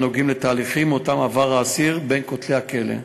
תהליכים שהאסיר עבר בין כותלי הכלא.